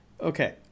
Okay